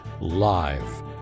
live